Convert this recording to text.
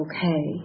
Okay